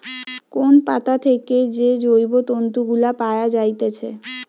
কোন পাতা থেকে যে জৈব তন্তু গুলা পায়া যাইতেছে